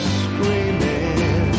screaming